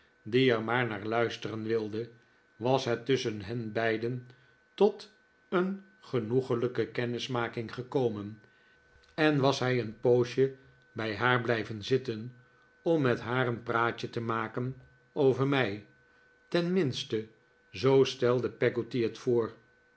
maar naar luisteren wilde was het tusschen hen beiden tot een genoeglijke kennismaking gekomen en was hij een poosje bij haar blijven zitten om met haar een praatje te maken over mij tenminste zoo stelde peggotty het voor